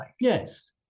Yes